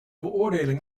beoordeling